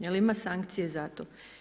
Jel' ima sankcije za to?